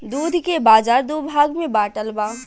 दूध के बाजार दू भाग में बाटल बा